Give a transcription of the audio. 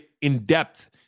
in-depth